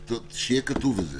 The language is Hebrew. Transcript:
מצוין, שיהיה כתוב את זה.